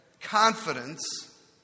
confidence